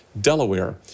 Delaware